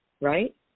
right